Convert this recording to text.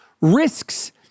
risks